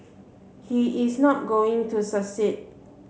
he is not going to succeed